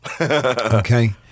okay